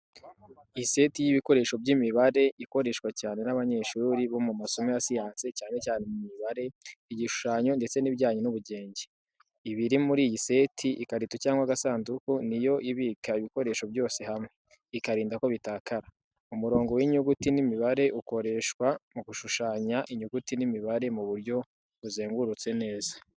Iseti y’ibikoresho by’imibare ikoreshwa cyane n’abanyeshuri mu masomo ya siyansi cyane cyane mu mibare igishushanyo ndetse n’ibijyanye n’ubugenge. Ibiri muri iyi seti ikarito cyangwa agasanduku niyo ibika ibikoresho byose hamwe, ikarinda ko byatakara. Umurongo w’inyuguti n’imibare ukoreshwa mu gushushanya inyuguti n’imibare mu buryo buzengurutse neza.